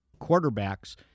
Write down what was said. quarterbacks –